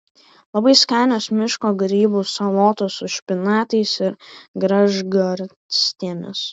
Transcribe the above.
labai skanios miško grybų salotos su špinatais ir gražgarstėmis